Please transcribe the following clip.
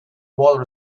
water